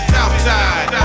Southside